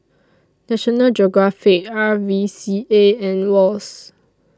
National Geographic R V C A and Wall's